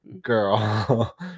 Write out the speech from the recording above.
girl